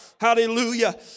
Hallelujah